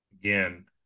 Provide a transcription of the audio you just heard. again